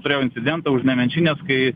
turėjau incidentą už nemenčinės kai